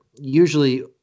usually